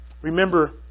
Remember